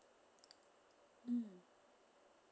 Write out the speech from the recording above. mmhmm